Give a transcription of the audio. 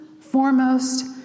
foremost